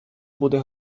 буде